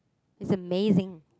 is amazing